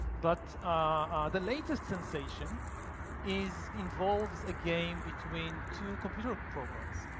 but the latest sensation is involves a game between two computer programs.